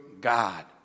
God